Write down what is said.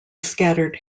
scattered